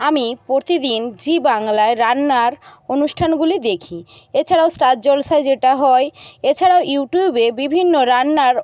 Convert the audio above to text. আমি প্রতিদিন জি বাংলায় রান্নার অনুষ্ঠানগুলি দেখি এছাড়াও স্টার জলসায় যেটা হয় এছাড়াও ইউটিউবে বিভিন্ন রান্নার